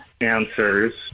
answers